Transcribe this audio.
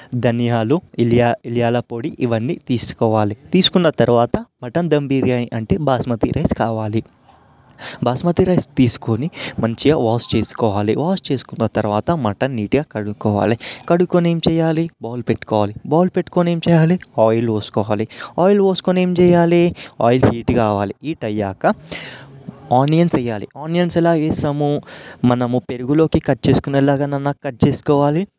ధనియాలు ఇలియా ఇలియాల పొడి ఇవన్నీ తీసుకోవాలి తీసుకున్న తరువాత మటన్ దమ్ బిర్యానీ అంటే బాస్మతి రైస్ కావాలి బాస్మతి రైస్ తీసుకొని మంచిగా వాష్ చేసుకోవాలి వాష్ చేసుకున్న తరువాత మటన్ నీట్గా కడుక్కోవాలి కడుక్కొని ఏం చేయాలి బౌల్ పెట్టుకోవాలి బౌల్ పెట్టుకొని ఏం చేయాలి ఆయిల్ పోసుకోవాలి ఆయిల్ పోసుకొని ఏం చేయాలి ఆయిల్ హీట్ కావాలి హీట్ అయ్యాక ఆనియన్స్ వేయాలి ఆనియన్స్ ఎలా వేస్తాము మనము పెరుగులోకి కట్ చేసుకొనే లాగానైనా కట్ చేసుకోవాలి